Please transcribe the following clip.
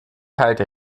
halte